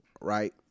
right